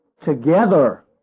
Together